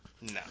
No